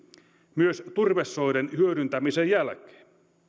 myös turvesoiden hyödyntämisen jälkeen